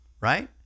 right